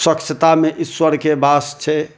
स्वच्छतामे ईश्वरके वास छै